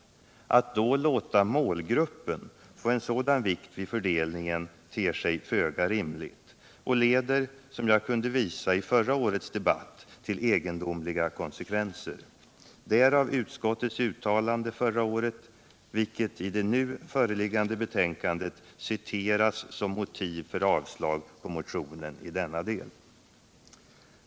Att då låta målgruppen få en sådan vikt vid fördelningen ter sig föga rimligt och leder, som jag kunde visa i förra årets debatt, till egendomliga konsekvenser. Därav utskottets uttalande förra året, vilket i det nu föreliggande betänkandet citeras som motiv för avslag på motionen i denna del.